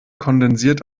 kondensiert